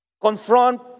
Confront